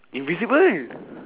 invisible